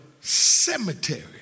cemetery